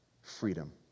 Freedom